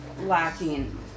lacking